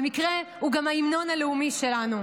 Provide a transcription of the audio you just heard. במקרה הוא ההמנון הלאומי שלנו,